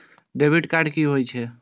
Debit card की होय छे?